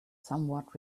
somewhat